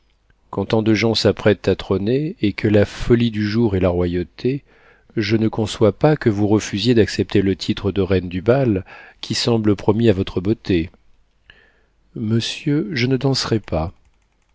quand tant de gens s'apprêtent à trôner et que la folie du jour est la royauté je ne conçois pas que vous refusiez d'accepter le titre de reine du bal qui semble promis à votre beauté monsieur je ne danserai pas